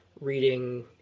reading